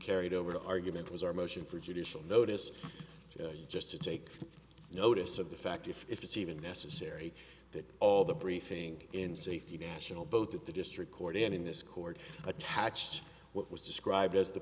carried over the argument was our motion for judicial notice just to take notice of the fact if it's even necessary that all the briefing in safety national both at the district court and in this court attached what was described as the